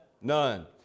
None